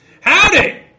Howdy